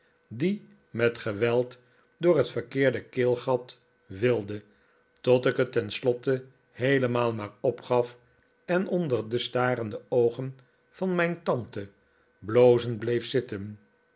die met geweld door het verkeerde keelgat wilde tot ik bet ten slotte heelemaal maar opgaf en onder de starende oogen van mijn tante blozend bleef zitten